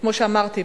כמו שאמרתי,